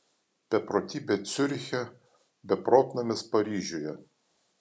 beprotybė ciuriche beprotnamis paryžiuje